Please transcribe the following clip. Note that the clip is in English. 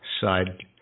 side